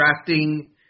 drafting